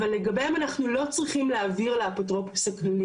אבל לגביהם אנחנו לא צריכים להעביר לאפוטרופוס הכללי,